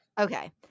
Okay